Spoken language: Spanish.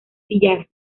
sillar